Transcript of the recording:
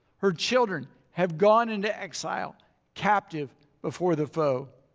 her children have gone into exile captive before the foe.